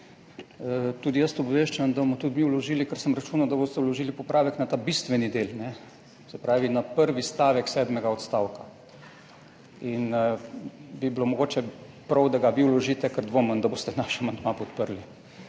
Tudi jaz obveščam, da bomo tudi mi vložili, ker sem računal, da boste vložili popravek na ta bistveni del. Se pravi na prvi stavek sedmega odstavka. In bi bilo mogoče prav, da ga vi vložite, ker dvomim, da boste naš amandma podprli.